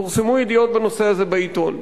פורסמו ידיעות בנושא הזה בעיתון.